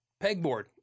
pegboard